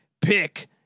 pick